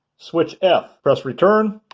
switch f, press return,